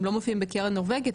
הם לא מופיעים בקרן נורבגית,